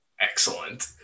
Excellent